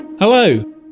Hello